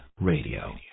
Radio